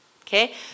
okay